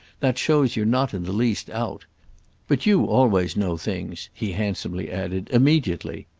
that shows you're not in the least out but you always know things, he handsomely added, immediately.